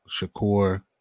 Shakur